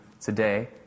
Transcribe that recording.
today